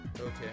Okay